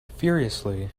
furiously